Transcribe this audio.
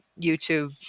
YouTube